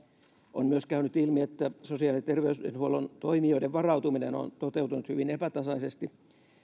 on myös käynyt ilmi että sosiaali ja terveydenhuollon toimijoiden varautuminen on toteutunut hyvin epätasaisesti